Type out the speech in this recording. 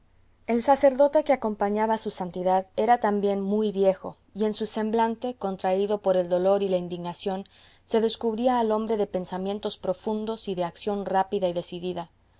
el sacerdote que acompañaba a su santidad era también muy viejo y en su semblante contraído por el dolor y la indignación se descubría al hombre de pensamientos profundos y de acción rápida y decidida